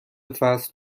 فصل